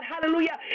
hallelujah